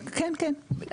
כן, כן.